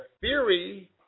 theory